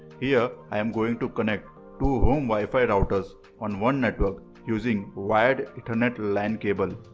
here i am going to connect two home wifi routers on one network using wired ethernet lan cable.